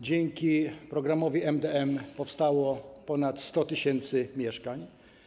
Dzięki programowi MdM powstało ponad 100 tys. mieszkań.